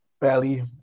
belly